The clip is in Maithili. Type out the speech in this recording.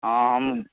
हँ हम